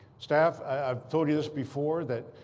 staff i've told you this before, that,